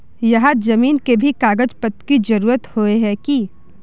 यहात जमीन के भी कागज पत्र की जरूरत होय है की?